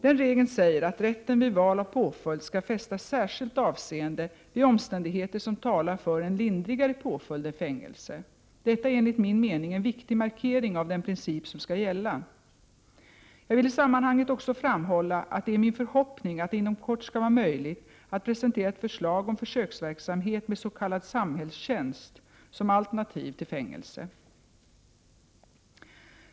Den regeln säger att rätten vid val av påföljd skall fästa särskilt avseende vid omständigheter som talar för en lindrigare påföljd än fängelse. Detta är enligt min mening en viktig markering av den princip som skall gälla. Jag vill i sammanhanget också framhålla att det är min förhoppning att det inom kort skall vara möjligt att presentera ett förslag om försöksverksamhet med s.k samhällstjänst som alternativ till fängelse.